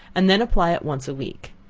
and then apply it once a week.